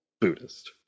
Buddhist